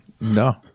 No